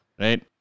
Right